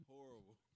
Horrible